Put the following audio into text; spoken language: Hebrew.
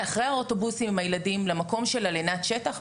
האוטובוסים עם הילדים למקום של לינת השטח.